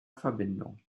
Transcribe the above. verbindung